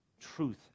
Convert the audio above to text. Truth